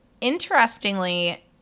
interestingly